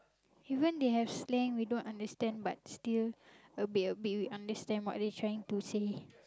even they have slang we don't understand but still a bit a bit we understand what they trying to say